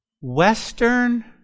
Western